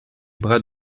bras